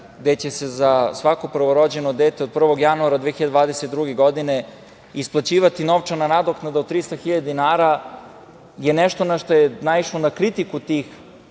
gde će se za svako prvorođeno dete od 1. januara 2022. godine isplaćivati novčana nadoknada od 300.000 dinara, je nešto što je naišlo na kritiku tih